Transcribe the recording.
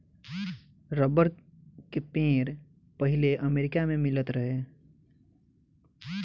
rubber के पेड़ पहिले अमेरिका मे मिलत रहे